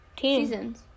seasons